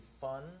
fun